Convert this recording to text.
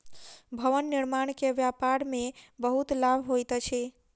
भवन निर्माण के व्यापार में बहुत लाभ होइत अछि